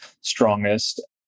strongest